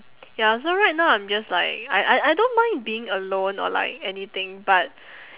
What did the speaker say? ya so right now I'm just like I I I don't mind being alone or like anything but